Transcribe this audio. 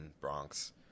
Bronx